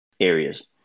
areas